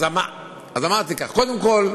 אז אמרתי כך: קודם כול,